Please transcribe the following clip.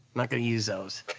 not gonna use those.